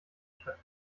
statt